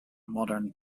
modern